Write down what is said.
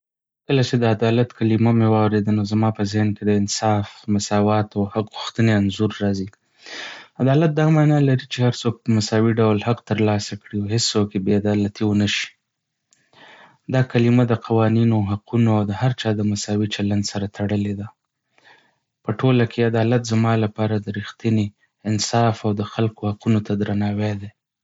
کله چې د "عدالت" کلمه مې واورېده، نو زما په ذهن کې د انصاف، مساواتو، او حق غوښتنې انځور راځي. عدالت دا معنی لري چې هر څوک په مساوي ډول حق ترلاسه کړي او هېڅوک بې عدالتي ونه شي. دا کلمه د قوانینو، حقونو، او د هر چا د مساوي چلند سره تړلې ده. په ټوله کې، عدالت زما لپاره د رښتینې انصاف او د خلکو حقونو ته درناوی دی.